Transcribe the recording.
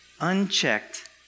unchecked